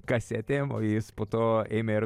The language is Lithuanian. kasėtėm p jis po to ėmė ir